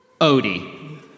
Odie